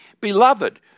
Beloved